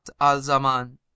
al-Zaman